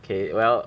okay well